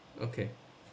okay